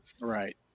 Right